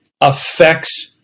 affects